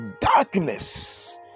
darkness